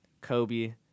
Kobe